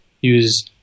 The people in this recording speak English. use